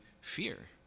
fear